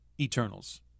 Eternals